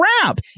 crap